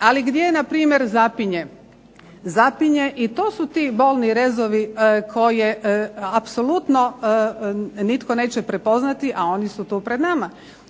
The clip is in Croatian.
Ali gdje na primjer zapinje. Zapinje i to su ti bolni rezovi koje apsolutno nitko neće prepoznati, a oni su tu pred nama